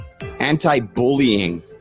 anti-bullying